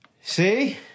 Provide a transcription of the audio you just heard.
See